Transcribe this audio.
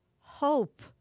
hope